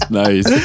nice